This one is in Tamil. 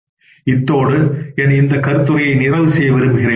சித்தோடு என் இந்த கருத்துரையை நிறைவு செய்ய விரும்புகிறேன்